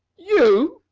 you!